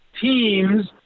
teams